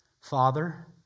Father